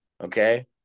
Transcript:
okay